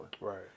Right